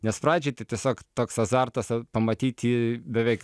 nes pradžiai tai tiesiog toks azartas pamatyti beveik